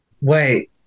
Wait